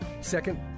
Second